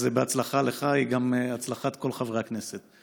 אז בהצלחה לך, והיא גם הצלחת כל חברי הכנסת.